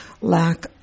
lack